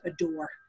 adore